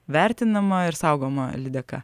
vertinama ir saugoma lydeka